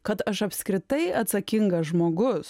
kad aš apskritai atsakingas žmogus